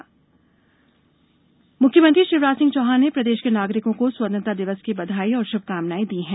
CM संदेश मुख्यमंत्री शिवराज सिंह चौहान ने प्रदेश के नागरिकों को स्वतंत्रता दिवस की बधाई और श्भकामनाएं दी हैं